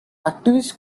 activists